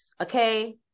Okay